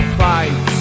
fight